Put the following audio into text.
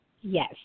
Yes